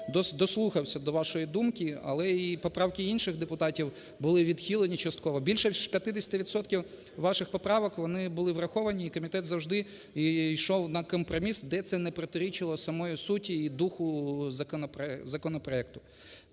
дослухався до вашої думки. Але і поправки інших депутатів були відхилені частково. Більше 50 відсотків ваших поправок, вони були враховані. І комітет завжди йшов на компроміс, де це не протирічило самій суті у духу законопроекту.